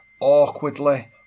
awkwardly